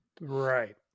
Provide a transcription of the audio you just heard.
right